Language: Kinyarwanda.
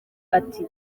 ati